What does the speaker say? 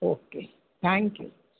okay thank you